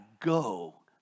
go